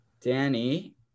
danny